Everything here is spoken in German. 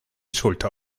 schulter